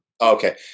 Okay